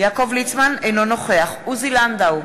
אינו נוכח עוזי לנדאו,